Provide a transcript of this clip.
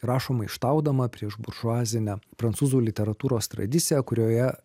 rašo maištaudama prieš buržuazinę prancūzų literatūros tradiciją kurioje